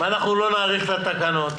אנחנו לא נאריך את התקנות,